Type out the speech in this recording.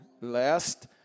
lest